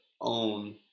own